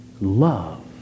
love